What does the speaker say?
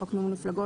חוק מימון מפלגות,